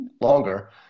longer